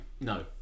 No